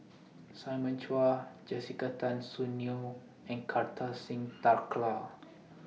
Simon Chua Jessica Tan Soon Neo and Kartar Singh Thakral